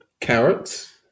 Carrots